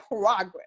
progress